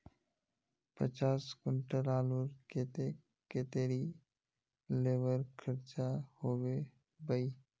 पचास कुंटल आलूर केते कतेरी लेबर खर्चा होबे बई?